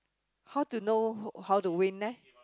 how to know how to win leh